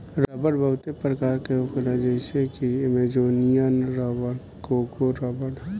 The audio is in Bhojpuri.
रबड़ बहुते प्रकार के होखेला जइसे कि अमेजोनियन रबर, कोंगो रबड़